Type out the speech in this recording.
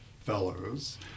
Fellows